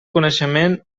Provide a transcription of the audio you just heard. coneixement